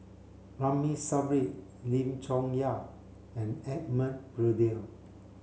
Ramli Sarip Lim Chong Yah and Edmund Blundell